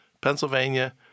Pennsylvania